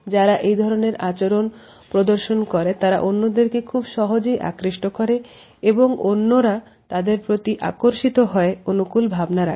যারা এই ধরনের আচরণ প্রদর্শন করে তারা অন্যদেরকে খুব সহজেই আকৃষ্ট করে এবং অন্যরা তাদের প্রতি আকর্ষিত হয় অনুকূল ভাবনা রাখে